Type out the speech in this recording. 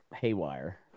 haywire